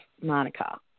Monica